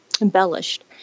embellished